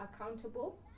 accountable